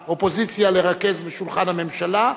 את האופוזיציה לרכז בשולחן הממשלה,